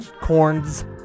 corns